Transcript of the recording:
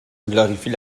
glorifie